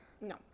No